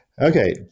Okay